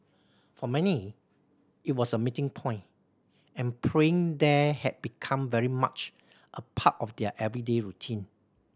for many it was a meeting point and praying there had become very much a part of their everyday routine